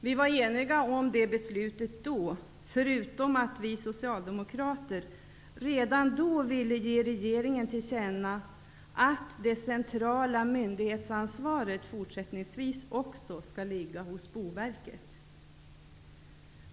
Vi var eniga om det beslutet då, förutom att vi socialdemokrater redan då ville ge regeringen till känna att det centrala myndighetsansvaret fortsättningsvis också skall ligga hos Boverket.